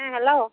ᱦᱮᱸ ᱦᱮᱞᱳ